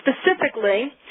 specifically